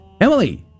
Emily